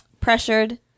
pressured